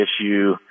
issue